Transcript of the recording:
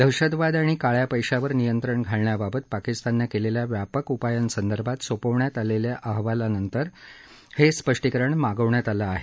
दहशतवाद आणि काळ्या पैशावर नियंत्रण घालण्याबाबत पाकिस्ताननं केलेल्या व्यापक उपायांसंदर्भात सोपावण्यात आलेल्या अहवालानंतर हे स्पष्टीकरण मागवण्यात आलं आहे